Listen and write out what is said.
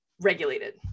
regulated